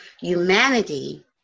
humanity